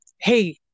hey